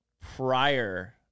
prior